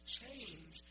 change